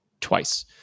twice